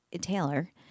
Taylor